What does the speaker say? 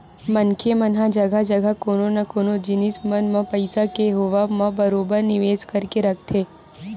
मनखे मन ह जघा जघा कोनो न कोनो जिनिस मन म पइसा के होवब म बरोबर निवेस करके रखथे